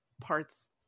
parts